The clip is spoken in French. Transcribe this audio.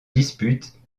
disputes